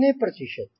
कितने प्रतिशत